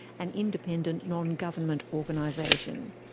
an independent, non-government organisation.